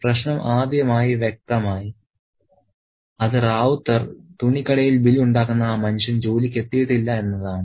പ്രശ്നം ആദ്യമായി വ്യക്തമായി അത് റൌത്തർ തുണിക്കടയിൽ ബിൽ ഉണ്ടാക്കുന്ന ആ മനുഷ്യൻ ജോലിക്ക് എത്തിയിട്ടില്ല എന്നതാണ്